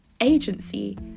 agency